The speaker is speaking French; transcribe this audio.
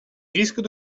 risques